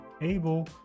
able